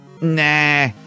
Nah